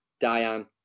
Diane